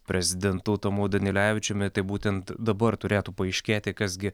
prezidentu tomu danilevičiumi tai būtent dabar turėtų paaiškėti kas gi